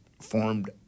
formed